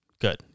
Good